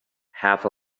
half